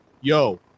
yo